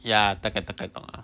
ya 大概大概懂 lor